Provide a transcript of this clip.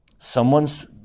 Someone's